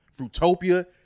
Fruitopia